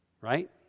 Right